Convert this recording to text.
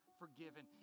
forgiven